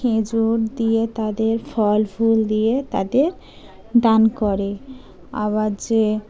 খেজুর দিয়ে তাদের ফল ফুল দিয়ে তাদের দান করে আবার যে